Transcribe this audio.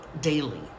daily